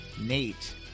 Nate